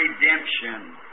redemption